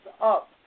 up